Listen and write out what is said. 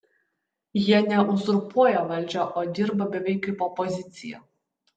jie ne uzurpuoja valdžią o dirba beveik kaip opozicija